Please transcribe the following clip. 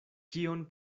kion